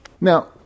Now